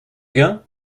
gain